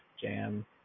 jam